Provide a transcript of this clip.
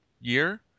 year